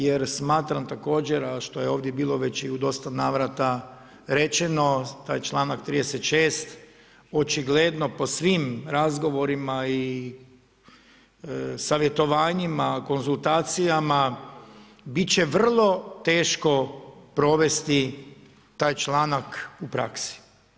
Jer smatram također, a što je ovdje bilo veći i u dosta navrata rečeno, taj članak 36. očigledno po svim razgovorima i savjetovanjima, konzultacijama bit će vrlo teško provesti taj članak u praksi.